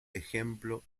ejemplo